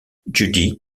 judy